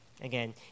again